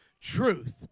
truth